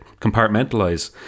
compartmentalize